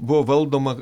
buvo valdoma